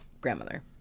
grandmother